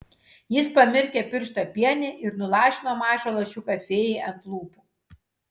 jis pamirkė pirštą piene ir nulašino mažą lašiuką fėjai ant lūpų